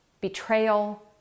betrayal